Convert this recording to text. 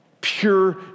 pure